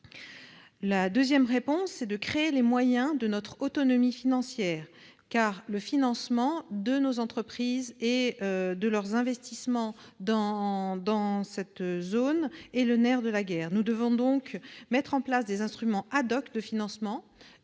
il importe de créer les moyens de notre autonomie financière, car le financement de nos entreprises et de leurs investissements dans cette zone est le nerf de la guerre. Nous devons donc mettre en place des instruments de financement